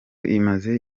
imaze